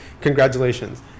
congratulations